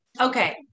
Okay